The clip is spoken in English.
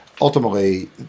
ultimately